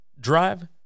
drive